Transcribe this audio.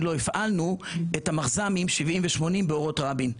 לא הפעלנו את המחז"מים 70 ו-80 באורות רבין.